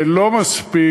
זה לא מספיק.